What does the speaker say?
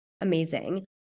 amazing